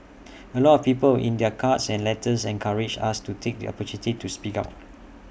A lot of people in their cards and letters encouraged us to take the opportunity to speak out